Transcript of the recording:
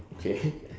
okay